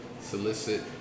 solicit